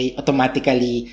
automatically